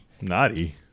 Naughty